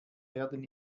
werden